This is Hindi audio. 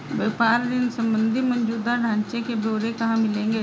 व्यापार ऋण संबंधी मौजूदा ढांचे के ब्यौरे कहाँ मिलेंगे?